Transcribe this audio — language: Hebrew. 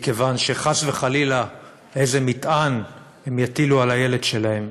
מכיוון שחס וחלילה איזה מטען הם יטילו על הילד שלהם,